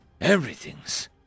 Everything's